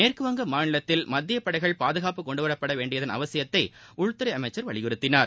மேற்குவங்க மாநிலத்தில் மத்திய படைகள் பாதுகாப்பு கொண்டுவரப்பட வேண்டியதன் அவசியத்தை உள்துறை அமைச்சர் வலிபுறுத்தினார்